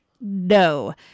no